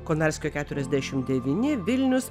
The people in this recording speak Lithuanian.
konarskio keturiasdešim devyni vilnius